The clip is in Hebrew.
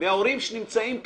וההורים שנמצאים כאן,